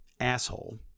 asshole